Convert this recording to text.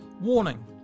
Warning